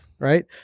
right